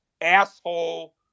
asshole